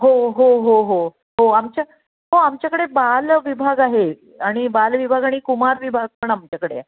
हो हो हो हो हो आमच्या हो आमच्याकडे बाल विभाग आहे आणि बाल विभाग आणि कुमार विभाग पण आमच्याकडे आहे